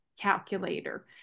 calculator